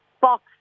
box